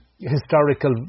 historical